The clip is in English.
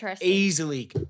easily